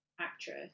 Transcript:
actress